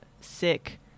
sick